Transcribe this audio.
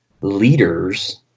leaders